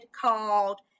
called